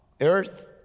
earth